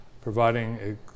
providing